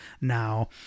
now